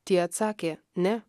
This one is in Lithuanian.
tie atsakė ne